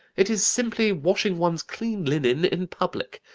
it is simply washing one's clean linen in public.